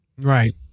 Right